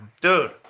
Dude